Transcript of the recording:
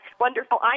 wonderful